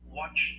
watch